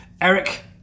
Eric